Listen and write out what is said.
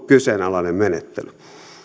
kyseenalainen menettely